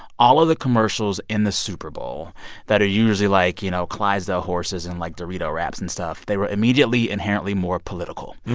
all of the commercials in the super bowl that are usually, like, you know, clydesdale horses and, like, dorito raps and stuff, they were immediately inherently more political.